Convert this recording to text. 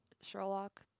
Sherlock